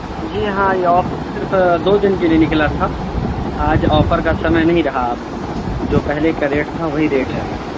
جی ہاں یہ آفر صرف دو دن کے لیے نکلا تھا آج آفر کا سمے نہیں رہا اب جو پہلے کا ریٹ تھا وہی ریٹ ہے اب